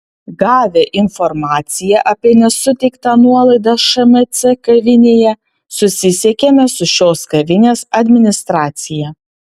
gavę informaciją apie nesuteiktą nuolaidą šmc kavinėje susisiekėme su šios kavinės administracija